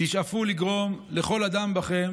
תשאפו לגרום לכל אדם שבכם